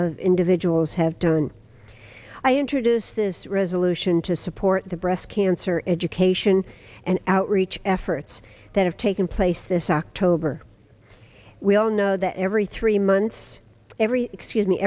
of individuals have done i introduced this resolution to support the breast cancer education and outreach efforts that have taken place this october we all know that every three months every excuse me